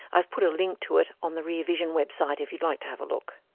i've put a link to it on the rear vision website, if you'd like to have a look.